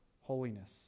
holiness